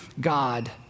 God